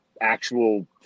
actual